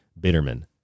Bitterman